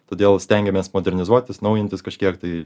todėl stengiamės modernizuotis naujintis kažkiek tai